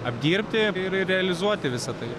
apdirbti ir ir ir realizuoti visa tai